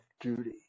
duty